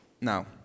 now